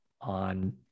on